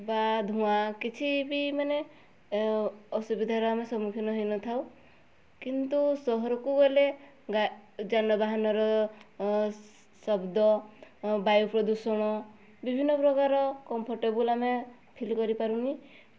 ବା ଧୂଆଁ କିଛି ବି ମାନେ ଅସୁବିଧାର ଆମେ ସମ୍ମୁଖୀନ ହେଇନଥାଉ କିନ୍ତୁ ସହରକୁ ଗଲେ ଗା ଯାନବାହାନର ଶବ୍ଦ ବାୟୁ ପ୍ରଦୂଷଣ ବିଭିନ୍ନ ପ୍ରକାର କମ୍ଫଟେବଲ୍ ଆମେ ଫିଲ୍ କରିପାରୁନି